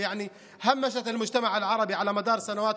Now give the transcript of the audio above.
שהם שמו את החברה הערבית בשוליים במשך השנים,